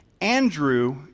Andrew